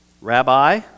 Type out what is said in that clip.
Rabbi